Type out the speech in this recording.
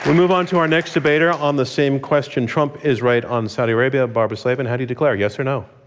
move on to our next debater on the same question trump is right on saudi arabia. barbara slavin, how do you declare, yes or no?